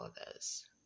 others